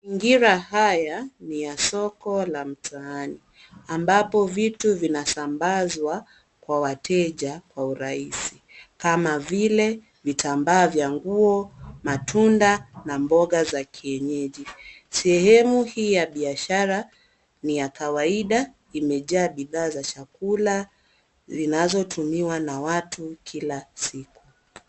Mazingira haya ni ya soko la mtaani ambapo vitu vinasambazwa kwa wateja kwa urahisi kama vile, vitambaa vya nguo, matunda na mboga za kienyeji. Sehemu hii ya biashara ni ya kawaida ,imejaa bidhaa za chakula zinazotumiwa na watu kila siku.